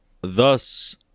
thus